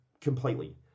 completely